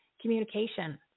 communication